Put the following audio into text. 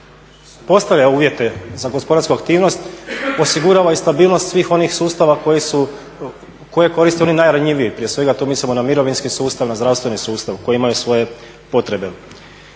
postavlja uvjete za gospodarsku aktivnost, osigurava i stabilnost svih onih sustava koji su, koje koriste oni najranjiviji. Prije svega, tu mislimo na mirovinski sustav, na zdravstveni sustav koji imaju svoje potrebe.